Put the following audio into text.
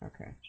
okay